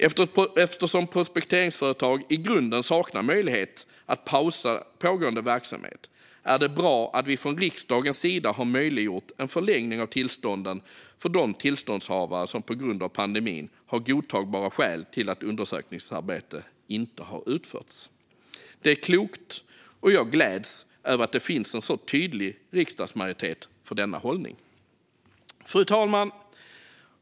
Eftersom prospekteringsföretag i grunden saknar möjlighet att pausa pågående verksamhet är det bra att vi från riksdagens sida har möjliggjort en förlängning av tillstånden för de tillståndshavare som på grund av pandemin har godtagbara skäl till att undersökningsarbete inte har utförts. Det är klokt, och jag gläds över att det finns en så tydlig riksdagsmajoritet för denna hållning. Fru talman!